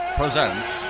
presents